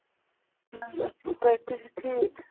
نہ حظ اَصٕل پٲٹھۍ تُہۍ چھِو ٹھیٖک